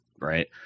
right